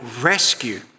rescue